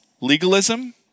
legalism